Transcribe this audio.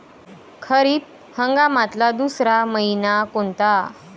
खरीप हंगामातला दुसरा मइना कोनता?